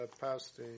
passed